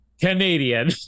Canadian